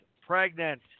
pregnant